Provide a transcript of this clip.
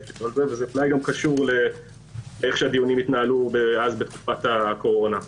וזה תנאי חשוב לאיך שהדיונים התנהלו בתקופת הקורונה.